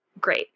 Great